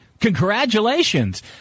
Congratulations